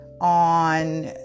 on